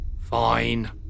Fine